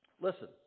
Listen